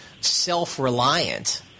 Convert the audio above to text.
self-reliant